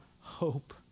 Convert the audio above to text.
hope